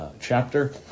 Chapter